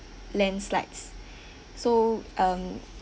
landslides so um